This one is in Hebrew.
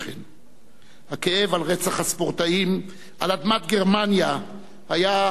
הכאב על רצח הספורטאים על אדמת גרמניה היה צורב שבעתיים.